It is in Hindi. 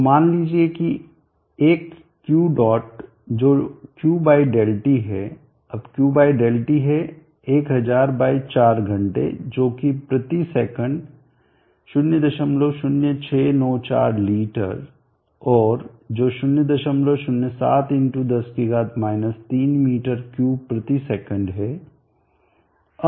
तो मान लीजिए कि एक Q डॉट जो Q∆t है अब Q∆t है 1000 बाय 4 घंटे जो कि प्रति सेकंड 00694 लीटर और जो 007×10 3 m3sec है